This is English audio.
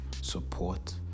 support